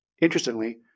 Interestingly